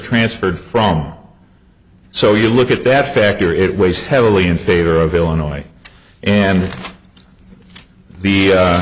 transferred from so you look at that factor it weighs heavily in favor of illinois and the